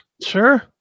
Sure